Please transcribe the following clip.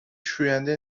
شوینده